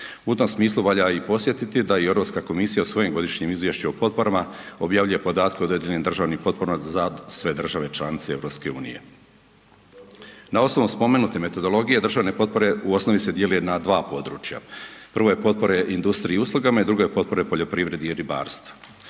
U tom smislu valja i podsjetiti da i Europska komisija u svom izvješću o potporama objavljuje podatke o određenim državnim potporama za sve države članice EU. Na osnovu spomenute metodologije državne potpore u osnovi se dijele na dva područja. Prvo je potpore industriji i uslugama i drugo je potpore poljoprivredi i ribarstvu.